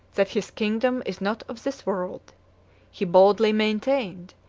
that his kingdom is not of this world he boldly maintained,